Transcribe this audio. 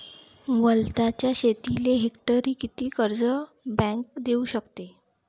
वलताच्या शेतीले हेक्टरी किती कर्ज बँक देऊ शकते?